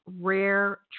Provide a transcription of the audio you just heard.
rare